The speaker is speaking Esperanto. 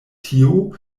tio